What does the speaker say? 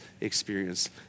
experience